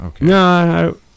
No